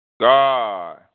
God